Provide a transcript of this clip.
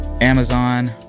Amazon